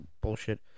bullshit